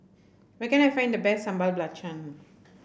where can I find the best Sambal Belacan